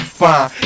fine